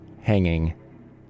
hanging